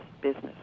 business